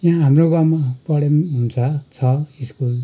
यहाँ हाम्रो गाउँमा पढे पनि हुन्छ छ स्कुल